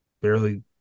barely